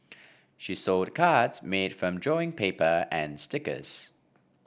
she sold cards made from drawing paper and stickers